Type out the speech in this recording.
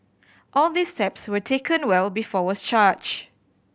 all of these steps were taken well before was charged